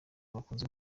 bakunzwe